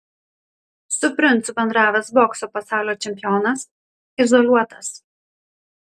su princu bendravęs bokso pasaulio čempionas izoliuotas